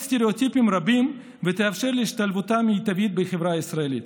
סטריאוטיפים רבים ותאפשר את השתלבותם המיטבית בחברה הישראלית,